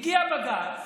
הגיע בג"ץ,